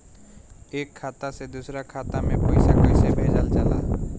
एक खाता से दूसरा खाता में पैसा कइसे भेजल जाला?